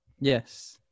Yes